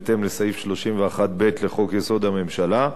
בהתאם לסעיף 31(ב) לחוק-יסוד: הממשלה,